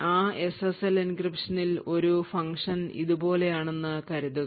ആ എസ്എസ്എൽ എൻക്രിപ്ഷനിൽ ഒരു ഫംഗ്ഷൻ ഇതുപോലെ ആണെന്നു കരുതുക